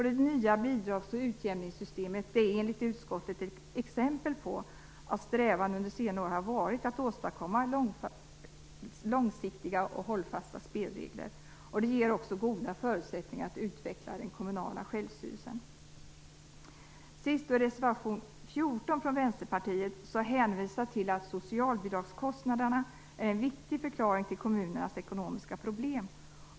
Det nya bidrags och utjämningssystemet är enligt utskottet ett exempel på att strävan under senare år har varit att åstadkomma långsiktiga och hållfasta spelregler. Detta ger goda förutsättningar att utveckla den kommunala självstyrelsen. I reservation nr 14, från Vänsterpartiet, hänvisas till att socialbidragskostnaderna är en viktig förklaring till kommunernas ekonomiska problem.